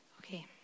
Okay